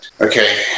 okay